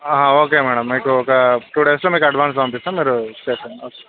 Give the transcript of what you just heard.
okay madam మీకు ఒక two డేస్లో మీకు అడ్వాన్స్ పంపిస్తాము మీరు చేసుకోండి